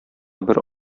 бер